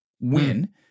win